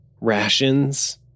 rations